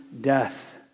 death